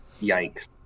Yikes